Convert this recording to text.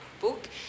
book